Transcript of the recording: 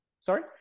sorry